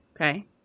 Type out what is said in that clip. Okay